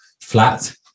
flat